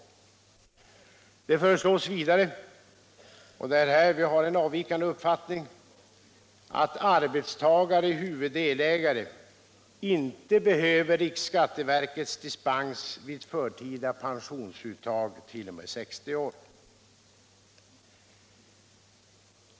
Det föreslås vidare — och det är där vi har en avvikande uppfattning — att arbetstagare-huvuddelägare inte behöver riksskatteverkets dispens vid förtida pensionsuttag t.o.m. 60 år.